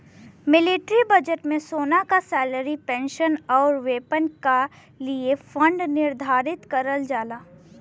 military budget में सेना क सैलरी पेंशन आउर वेपन क लिए फण्ड निर्धारित करल जाला